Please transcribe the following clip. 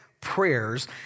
prayers